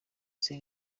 ese